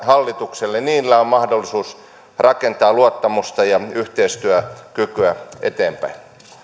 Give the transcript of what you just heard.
hallitukselle niillä on mahdollisuus rakentaa luottamusta ja yhteistyökykyä eteenpäin